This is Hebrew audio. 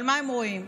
אבל מה הם רואים?